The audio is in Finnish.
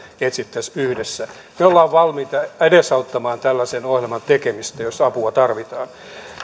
etsittäisiin yhdessä me olemme valmiita edesauttamaan tällaisen ohjelman tekemistä jos apua tarvitaan